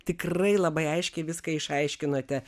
tikrai labai aiškiai viską išaiškinote